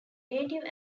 native